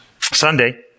Sunday